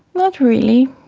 not really.